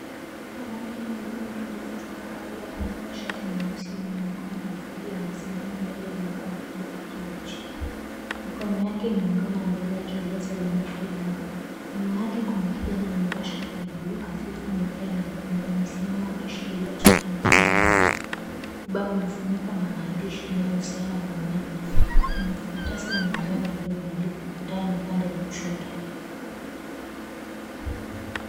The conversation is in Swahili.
Mwanamke mwenye nywele ndefu za kahawia amevaa shati nyeusi yenye mikono fupi anasimama mbele ya ubao wa kijani kibichi. Mikono yake imeungana mbele akieleza jambo fulani. Nyuma yake kuna kijana amevaa shati ya buluu hafifu na tai nyekundu. Amesimama akishikilia chaki mkononi. Ubao umefunikwa na maandishi inayohusiana na umeme. Kuna karatasi ya manjano iliyobandikwa kutani upande wa kushoto.